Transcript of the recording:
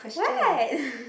what